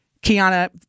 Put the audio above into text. Kiana